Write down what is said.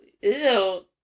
Ew